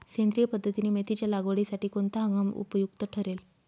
सेंद्रिय पद्धतीने मेथीच्या लागवडीसाठी कोणता हंगाम उपयुक्त ठरेल?